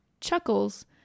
Chuckles